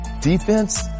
defense